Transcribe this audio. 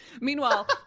meanwhile